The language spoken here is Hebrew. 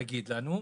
תגיד לנו,